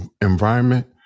environment